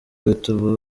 bituma